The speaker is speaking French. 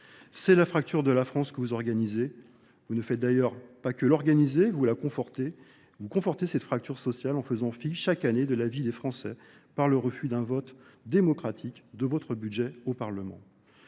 C'est la fracture de la France que vous organisez. Vous ne faites d'ailleurs pas que l'organiser, vous la confortez. Vous confortez cette fracture sociale en faisant fi chaque année de la vie des Français par le refus d'un vote démocratique de votre budget au Parlement.